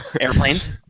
Airplanes